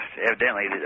evidently